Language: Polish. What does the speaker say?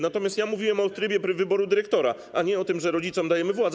Natomiast ja mówiłem o trybie wyboru dyrektora, a nie o tym, że rodzicom dajemy władzę.